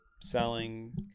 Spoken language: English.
selling